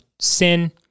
sin